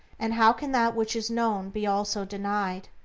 and how can that which is known be also denied?